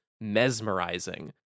mesmerizing